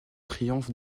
triomphe